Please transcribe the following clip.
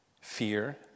fear